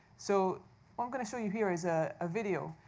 so i'm going to show you here is a ah video.